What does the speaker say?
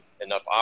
enough